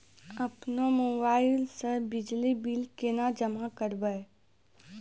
अपनो मोबाइल से बिजली बिल केना जमा करभै?